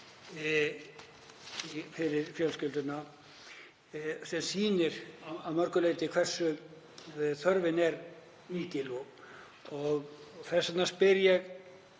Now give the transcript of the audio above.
fyrir fjölskylduna, sem sýnir að mörgu leyti hversu þörfin er mikil. Og þess vegna spyr ég